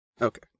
Okay